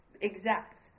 exact